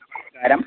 നമസ്കാരം